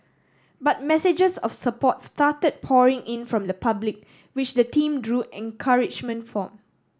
but messages of support started pouring in from the public which the team drew encouragement form